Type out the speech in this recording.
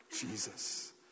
Jesus